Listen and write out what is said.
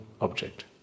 object